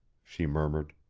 she murmured.